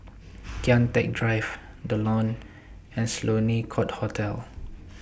Kian Teck Drive The Lawn and Sloane Court Hotel